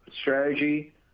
strategy